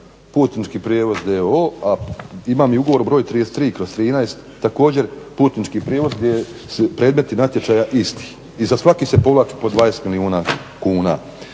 putnički prijevoz d.o.o. a imam i ugovor br. 33/13. također putnički prijevoz gdje su predmeti natječaja isti i za svaki se povlači po 20 milijuna kuna.